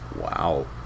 Wow